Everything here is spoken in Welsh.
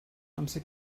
amser